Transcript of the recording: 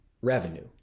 revenue